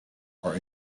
are